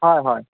হয় হয়